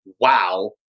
wow